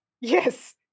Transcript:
yes